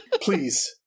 Please